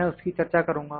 मैं उसकी चर्चा करूँगा